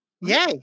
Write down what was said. yay